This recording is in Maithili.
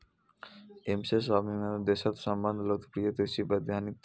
एम.एस स्वामीनाथन देशक सबसं लोकप्रिय कृषि वैज्ञानिक छथि